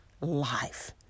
life